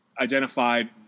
identified